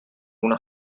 una